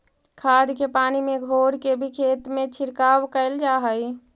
खाद के पानी में घोर के भी खेत में छिड़काव कयल जा हई